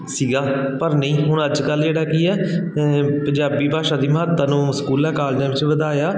ਸੀਗਾ ਪਰ ਨਹੀਂ ਹੁਣ ਅੱਜ ਕੱਲ੍ਹ ਜਿਹੜਾ ਕੀ ਆ ਪੰਜਾਬੀ ਭਾਸ਼ਾ ਦੀ ਮਹੱਤਤਾ ਨੂੰ ਸਕੂਲਾਂ ਕਾਲਜਾਂ ਵਿੱਚ ਵਧਾਇਆ